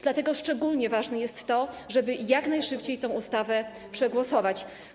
Dlatego szczególnie ważne jest to, żeby jak najszybciej tę ustawę przegłosować.